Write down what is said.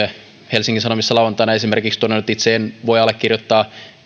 helsingin sanomissa lauantaina todennut että itse en voi allekirjoittaa